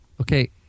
Okay